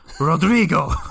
Rodrigo